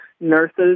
nurses